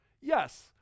Yes